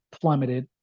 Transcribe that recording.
plummeted